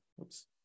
Oops